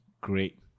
Great